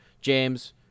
James